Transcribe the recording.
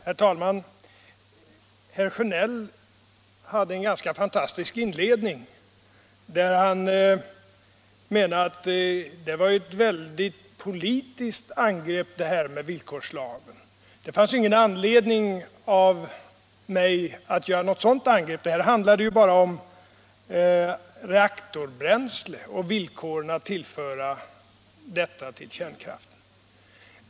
Herr talman! Herr Sjönell hade en ganska fantastisk inledning, där han menade att jag gjorde ett väldigt politiskt angrepp här i fråga om villkorslagen och att det inte fanns någon anledning för mig att göra det, för här handlade det bara om villkoren för att reaktorbränsle skulle få tillföras kärnkraftverken.